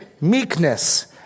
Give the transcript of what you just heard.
Meekness